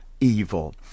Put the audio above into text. evil